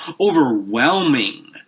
overwhelming